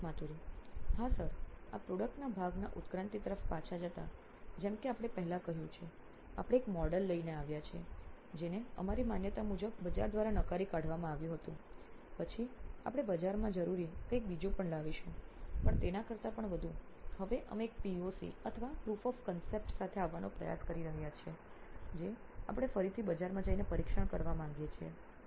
Siddharth Maturi CEO Noin electronics હા sir આ પ્રોડક્ટના ભાગના ઉત્ક્રાંતિ તરફ પાછા જતા જેમ કે આપણે પહેલા કહ્યું છે આપણે એક મોડેલ લઈને આવ્યા છીએ જેને અમારી માન્યતા મુજબ બજાર દ્વારા નકારી કાઢવામાં આવ્યું હતું પછી આપણે બજારમાં જરૂરી કંઈક બીજું પણ લાવીશું પણ તેના કરતાં પણ વધુ હવે અમે એક POC અથવા proof of concept ખ્યાલના પુરાવા સાથે આવવાનો પ્રયાસ કરી રહ્યા છીએ જે આપણે ફરીથી બજારમાં જઇને પરીક્ષણ કરવા માંગીએ છીએ